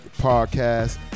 podcast